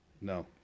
No